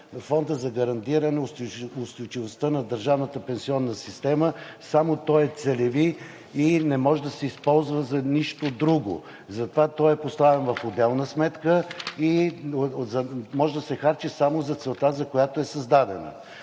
Фондът за гарантиране устойчивостта на държавната пенсионна система е целеви и не може да се използва за нищо друго. Затова той е поставен в отделна сметка и може да се харчи само за целта, за която е създаден.